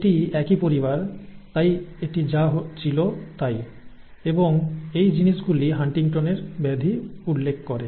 এটি একই পরিবার তাই এটি যা ছিল তাই এবং এই জিনিসগুলি হান্টিংটনের ব্যাধি উল্লেখ করে